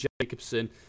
Jacobson